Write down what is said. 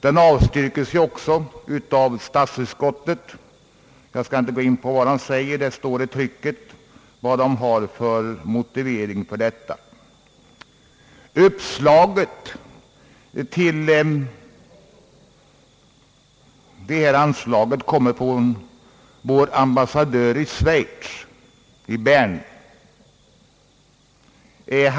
Det avstyrkes ju också av statskontoret. Jag skall inte gå in på dess motivering, den finns i trycket. Uppslaget till det föreslagna anslaget kommer från vår ambassadör i Bern i Schweiz.